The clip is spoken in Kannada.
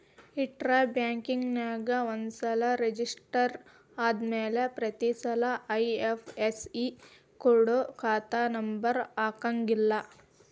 ಇಂಟ್ರಾ ಬ್ಯಾಂಕ್ನ್ಯಾಗ ಒಂದ್ಸರೆ ರೆಜಿಸ್ಟರ ಆದ್ಮ್ಯಾಲೆ ಪ್ರತಿಸಲ ಐ.ಎಫ್.ಎಸ್.ಇ ಕೊಡ ಖಾತಾ ನಂಬರ ಹಾಕಂಗಿಲ್ಲಾ